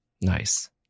Nice